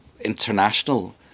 international